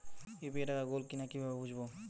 UPI টাকা গোল কিনা কিভাবে বুঝব?